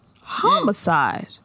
homicide